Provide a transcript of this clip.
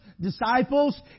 disciples